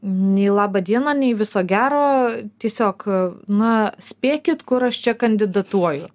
nei laba diena nei viso gero tiesiog na spėkit kur aš čia kandidatuoju